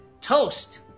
Toast